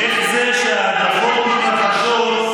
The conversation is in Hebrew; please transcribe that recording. איך זה שההדלפות מתרחשות,